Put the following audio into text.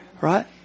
Right